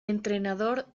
entrenador